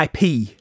IP